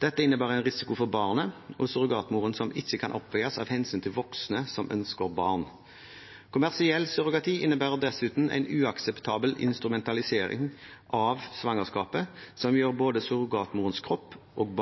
Dette innebærer en risiko både for barnet og for surrogatmoren som ikke kan oppveies av hensyn til voksne som ønsker barn. Kommersiell surrogati innebærer dessuten en uakseptabel instrumentalisering av svangerskapet som gjør både surrogatmorens kropp og